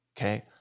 Okay